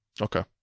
Okay